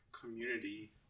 community